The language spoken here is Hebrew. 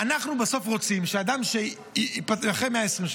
בסוף אנחנו רוצים שלאדם אחרי 120,